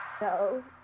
no